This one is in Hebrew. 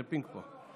זה פינג פונג.